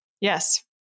Yes